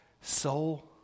soul